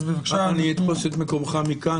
על אילו חובות מדובר המקרים האלה,